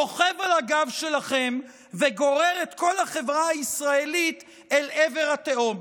הוא רוכב על הגב שלכם וגורר את כל החברה הישראלית אל עבר התהום.